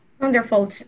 Wonderful